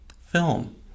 film